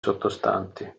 sottostanti